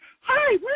hi